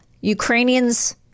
Ukrainians